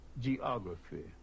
geography